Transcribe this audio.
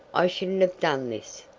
i shouldn't have done this!